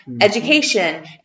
education